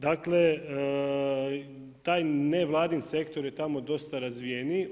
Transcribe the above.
Dakle taj nevladin sektor je tamo dosta razvijeniji.